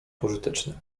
pożyteczne